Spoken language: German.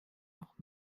auch